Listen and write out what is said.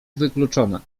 wykluczone